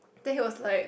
then he was like